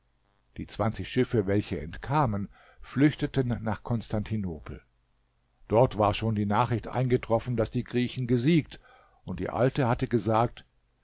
die zwanzig schiffe welche entkamen flüchteten nach konstantinopel dort war schon die nachricht eingetroffen daß die griechen gesiegt und die alte hatte gesagt